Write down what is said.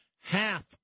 Half